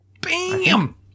Bam